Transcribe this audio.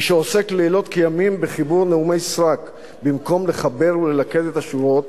מי שעוסק לילות כימים בחיבור נאומי סרק במקום לחבר וללכד את השורות,